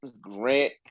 Grant